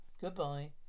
Goodbye